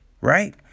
right